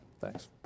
Thanks